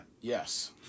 Yes